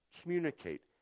Communicate